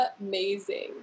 amazing